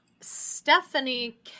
Stephanie